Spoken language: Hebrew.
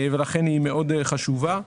לכן היא מאוד חשובה.